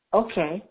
okay